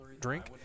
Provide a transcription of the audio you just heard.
drink